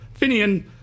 Finian